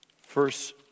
first